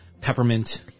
peppermint